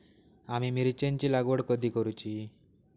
आम्ही मिरचेंची लागवड कधी करूची?